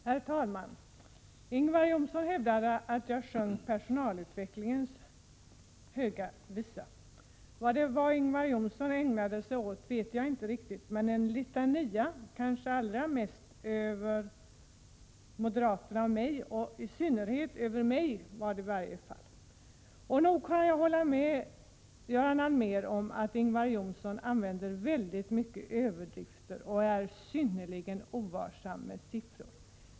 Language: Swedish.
Herr talman! Ingvar Johnsson hävdade att jag sjöng personalutvecklingens höga visa. Vad det var Ingvar Johnsson ägnade sig åt vet jag inte riktigt, men det lät som en litania, kanske allra mest över moderaterna och i synnerhet över mig. Nog kan jag hålla med Göran Allmér om att Ingvar Johnsson använder många överdrifter och är synnerligen ovarsam med siffror.